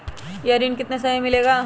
यह ऋण कितने समय मे मिलेगा?